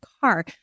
car